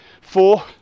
Four